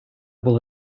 було